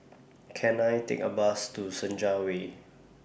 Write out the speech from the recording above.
Can I Take A Bus to Senja Way